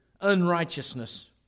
unrighteousness